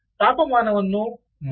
ತಾಪಮಾನವನ್ನು ಮಾನಿಟರ್ ಮಾಡುವ ಸಂವೇದಕವಿದೆ